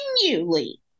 continually